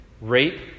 Rape